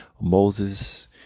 Moses